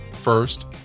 First